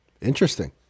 interesting